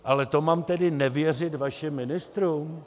Ale to mám tedy nevěřit vašim ministrům?